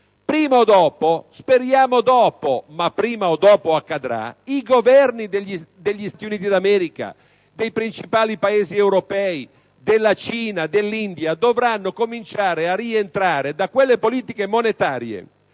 Prima o dopo - speriamo dopo, ma prima o poi accadrà - i Governi degli Stati Uniti, dei principali Paesi europei, della Cina, dell'India dovranno cominciare a rientrare da quelle politiche monetarie